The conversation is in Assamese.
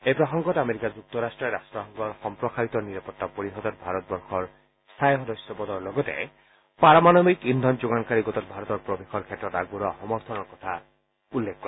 এই প্ৰসংগত আমেৰিকা যুক্তৰট্টই ৰট্টসংঘৰ সম্প্ৰসাৰিত নিৰাপত্তা পৰিযদত ভাৰতবৰ্ষৰ স্থায়ী সদস্য পদৰ লগতে পাৰমাণৱিক ইন্ধন যোগানকাৰী গোটত ভাৰতৰ প্ৰৱেশৰ ক্ষেত্ৰত আগবঢ়োৱা সমৰ্থনৰ কথা উল্লেখ কৰে